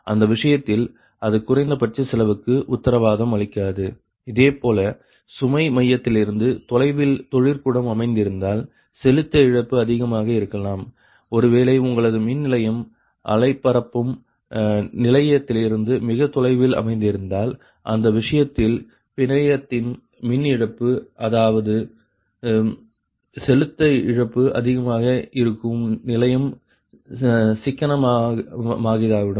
அந்த விஷயத்தில் அது குறைந்தபட்ச செலவுக்கு உத்தரவாதம் அளிக்காது இதேபோல சுமை மையத்திலிருந்து தொலைவில் தொழிற்கூடம் அமைந்திருந்தால் செலுத்த இழப்பு அதிகமாக இருக்கலாம் ஒருவேளை உங்களது மின் நிலையம் அலைபரப்பும் நிலையத்திலிருந்து மிக தொலைவில் அமைந்திருந்தால் அந்த விஷயத்தில் பிணையத்தின் மின் இழப்பு அதாவது செலுத்த இழப்பு அதிகமாக இருக்கும் நிலையம் சிக்கனமற்றதாகிவிடும்